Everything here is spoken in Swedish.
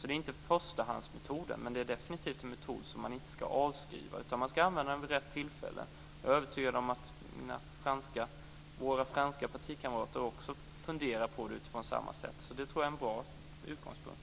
Det är inte förstahandsmetoden, men det är definitivt en metod som man inte ska avskriva. Man ska använda den vid rätt tillfälle. Jag är övertygad om att våra franska partikamrater också funderar på det på samma sätt. Det tror jag är en bra utgångspunkt.